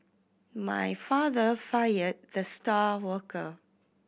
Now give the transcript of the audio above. my father fired the star worker